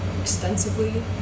extensively